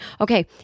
okay